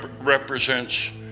represents